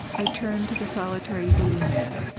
i turned to the solitary duty man.